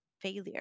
failure